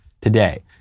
today